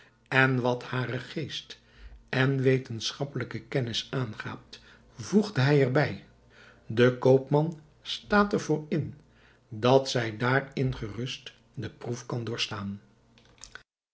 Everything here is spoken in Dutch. en wat haren geest en wetenschappelijke kennis aangaat voegde hij er bij de koopman staat er voor in dat zij daarin gerust de proef kan doorstaan